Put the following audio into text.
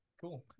Cool